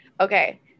Okay